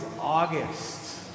August